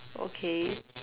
okay